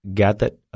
gathered